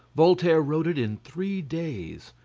voltaire wrote it in three days,